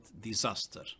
disaster